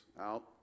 out